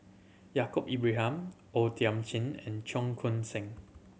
Yaacob Ibrahim O Thiam Chin and Cheong Koon Seng